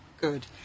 Good